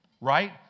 right